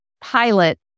pilot